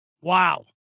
Wow